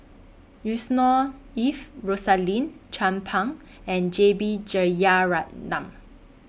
Yusnor Ef Rosaline Chan Pang and J B Jeyaretnam